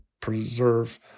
preserve